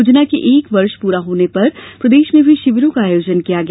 योजना के एक वर्ष पूरा होने पर प्रदेश में भी शिविरों का आयोजन किया गया